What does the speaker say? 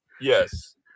yes